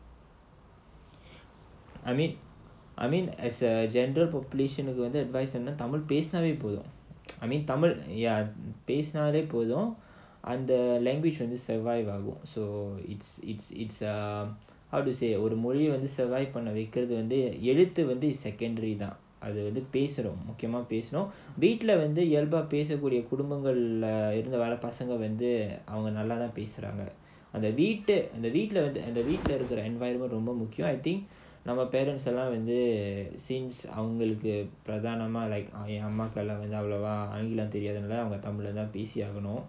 I mean as a general population Tamil பேசுனாலே போதும்:tamil pesunaalae podhum I mean tamil ya பேசுனாலே போதும்:pesunaalae podhum and the language to survive so it's it's it's um how to say ah மொழி வந்து:moli vandhu survive பண்ண வைக்குறது வந்து எழுத்து வந்து:panna vaikkurathu vandhu eluthu vandhu secondary தான் அது வந்து பேசனும் முக்கியமா வந்து பேசனும்:thaan adhu vandhu pesanum mukkiyamaa vandhu pesanum environment our parents அவங்களுக்கு பிரதானமா வந்து எங்க அம்மா வந்து ஆங்கிலம் தெரியாததால தமிழ்ல தான் பேசியாகனும் அதுனால வந்து நாம அந்த மாதிரி குடும்பத்துல இருந்து வந்ததால தமிழ்:avangalukku prathanamaa vandhu enga amma vandhu aangilam theriyaathathala tamilla thaan pesiyaaganum adhunala vandhu namma andha maadhiri kudumbathula irunthu vanthathala tamil that's why tamil is it's like it's easier lah